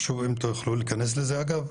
חשוב אם תוכלו להיכנס לזה אגב,